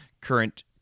current